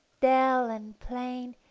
dale and plain,